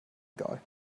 egal